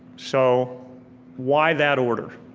so why that order?